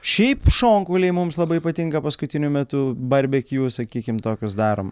šiaip šonkauliai mums labai patinka paskutiniu metu barbekiu sakykim tokius darom